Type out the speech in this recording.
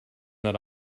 that